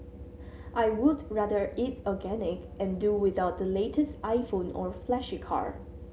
I would rather eat organic and do without the latest iPhone or flashy car